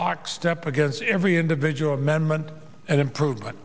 lockstep against every individual amendment and improvement